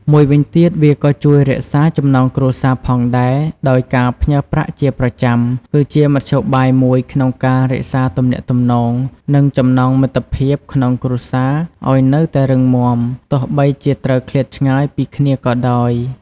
មួយវិញទៀតវាក៏ជួយរក្សាចំណងគ្រួសារផងដែរ ដោយការផ្ញើប្រាក់ជាប្រចាំ គឺជាមធ្យោបាយមួយក្នុងការរក្សាទំនាក់ទំនង និងចំណងមិត្តភាពក្នុងគ្រួសារឲ្យនៅតែរឹងមាំ ទោះបីជាត្រូវឃ្លាតឆ្ងាយពីគ្នាក៏ដោយ។